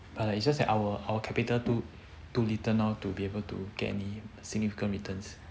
but like it's just that our our capital too too little now to be able to get any significant returns